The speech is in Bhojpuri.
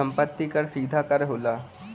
सम्पति कर सीधा कर होला